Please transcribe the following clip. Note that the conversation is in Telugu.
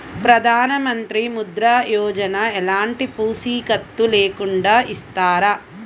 ప్రధానమంత్రి ముద్ర యోజన ఎలాంటి పూసికత్తు లేకుండా ఇస్తారా?